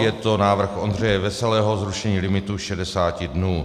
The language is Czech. Je to návrh Ondřeje Veselého, zrušení limitu šedesáti dnů.